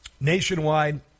Nationwide